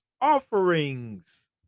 offerings